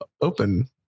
open